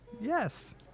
Yes